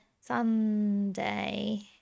Sunday